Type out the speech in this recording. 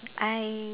I